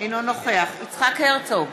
אינו נוכח יצחק הרצוג,